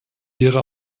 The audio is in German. ihre